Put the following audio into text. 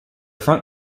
front